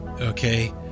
Okay